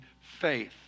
faith